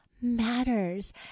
matters